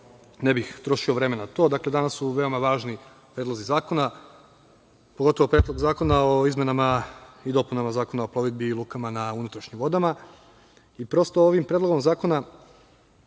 ne bih trošio vreme na to. Dakle, danas su veoma važni predlozi zakona, pogotovo Predlog zakona o izmenama i dopunama Zakona o plovidbi i lukama na unutrašnjim vodama i prosto, ovim Predlogom zakona,